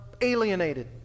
alienated